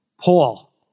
Paul